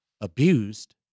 abused